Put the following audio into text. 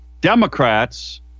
Democrats